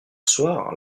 soir